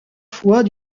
fois